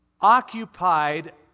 occupied